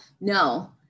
no